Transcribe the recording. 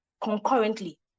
concurrently